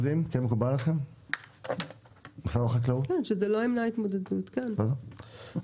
זוגם, אח או אחות וילדיהם, גיס, גיסה,